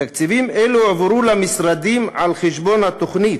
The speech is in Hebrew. תקציבים אלו הועברו למשרדים על חשבון התוכנית.